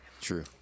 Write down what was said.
True